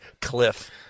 cliff